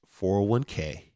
401k